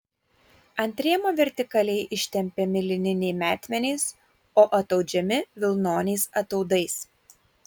ant rėmo vertikaliai ištempiami lininiai metmenys o ataudžiami vilnoniais ataudais